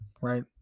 right